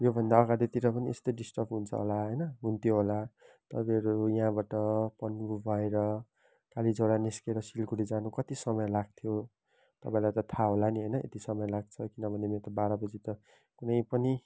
योभन्दा अगाडितिर पनि यस्तै डिस्टर्ब हुन्छ होला होइन हुन्थ्यो होला तपाईँहरू यहाँबाट पन्बू भएर कालीझोडा निस्केर सिलगढी जानु कति समय लाग्थ्यो तपाईँलाई त थाहा होला नि होइन यति समय लाग्छ किनभने मेरो त बाह्र बजी त कुनै पनि